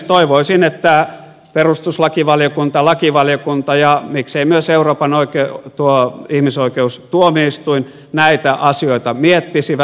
toivoisin että perustuslakivaliokunta lakivaliokunta ja miksei myös euroopan ihmisoikeustuomioistuin näitä asioita miettisivät